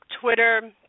Twitter